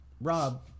Rob